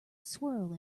swirl